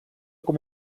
com